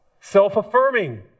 self-affirming